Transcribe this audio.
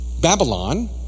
Babylon